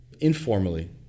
informally